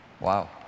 Wow